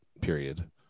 period